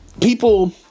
People